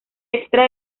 extra